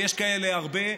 ויש כאלה הרבה,